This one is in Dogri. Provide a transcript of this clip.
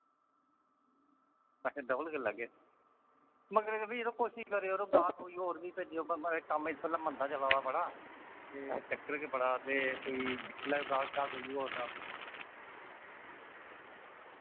पैसे डबल कर लैगे मगर फ्ही यरो कोशिश करेओ यरो गाह्क कोई और बी भेजेओ वा माराज कम्म इस बेल्लै मंदा चला दा बड़ा ते चक्कर गै बड़ा ते कोई दिक्खी लैओ गाह्कह् शाक कोई होऐ तां